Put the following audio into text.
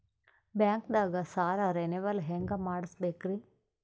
ಬ್ಯಾಂಕ್ದಾಗ ಸಾಲ ರೇನೆವಲ್ ಹೆಂಗ್ ಮಾಡ್ಸಬೇಕರಿ?